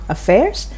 Affairs